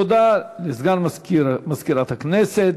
תודה לסגן מזכירת הכנסת.